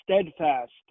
steadfast